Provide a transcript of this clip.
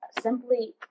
simply